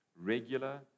regular